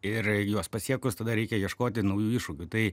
ir juos pasiekus tada reikia ieškoti naujų iššūkių tai